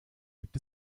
gibt